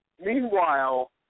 Meanwhile